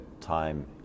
time